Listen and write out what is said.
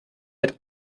mit